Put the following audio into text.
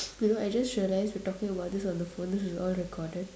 you know I just realized we're talking about this on the phone this is all recorded